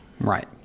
right